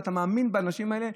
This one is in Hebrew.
ואתה מאמין באנשים האלה.